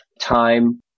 time